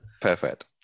perfect